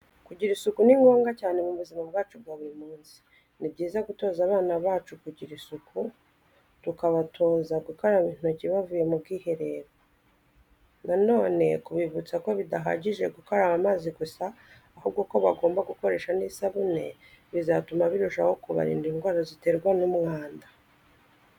Kugira isuku ni ngombwa cyane mu buzima bwacu bwa buri munsi. Ni byiza gutoza abana bacu kugira isuku, tukabatoza gukaraba intoki bavuye mu bwiherero. Na none kubibutsa ko bidahagije gukaraba amazi gusa, ahubwo ko bagomba gukoresha n'isabune bizatuma birushaho kubarinda indwara ziterwa n'umwanda.